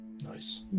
Nice